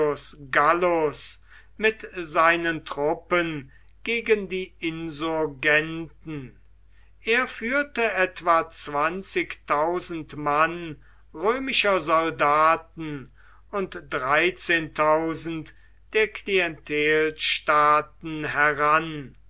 gallus mit seinen truppen gegen die insurgenten er führte etwa zwanzigtausend mann römischer soldaten und der klientelstaaten heran